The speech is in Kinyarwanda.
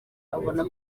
abona